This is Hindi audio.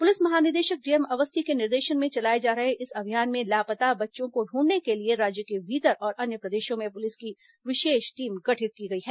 पुलिस महानिदेशक डीएम अवस्थी के निर्देशन में चलाए जा रहे इस अभियान में लापता बच्चों को ढूंढने के लिए राज्य के भीतर और अन्य प्रदेशों में पुलिस की विशेष टीम गठित की गई है